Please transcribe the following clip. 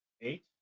eight